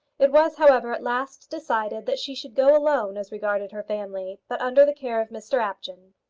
it was, however, at last decided that she should go alone as regarded her family, but under the care of mr apjohn.